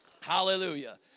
Hallelujah